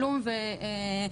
היבטים רב-תרבותיים,